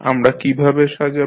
আমরা কীভাবে সাজাব